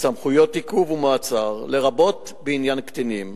וסמכויות עיכוב ומעצר, לרבות בעניין קטינים.